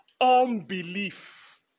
Unbelief